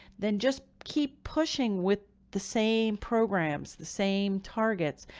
then just keep pushing with the same programs, the same targets,